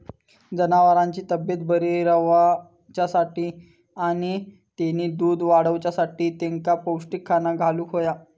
जनावरांची तब्येत बरी रवाच्यासाठी आणि तेनी दूध वाडवच्यासाठी तेंका पौष्टिक खाणा घालुक होया